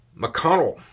McConnell